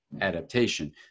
Adaptation